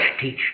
teach